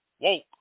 Woke